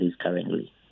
currently